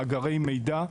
מאגרי מידע,